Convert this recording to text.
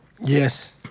Yes